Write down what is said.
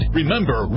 Remember